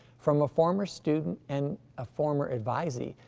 from a former student and a former advisee,